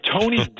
Tony